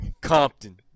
Compton